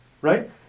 right